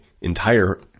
entire